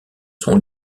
sont